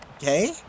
okay